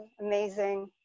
amazing